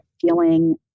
feeling